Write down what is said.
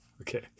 Okay